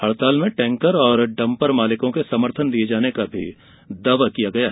हड़ताल में टैकर और डंपर मालिकों के समर्थन दिये जाने का दावा किया गया है